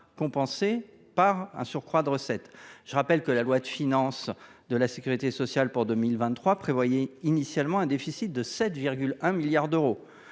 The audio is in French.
compensée par un surcroît équivalent de recettes. Je rappelle que la loi de financement de la sécurité sociale pour 2023 prévoyait initialement un déficit de 7,1 milliards d’euros.